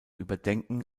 überdenken